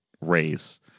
race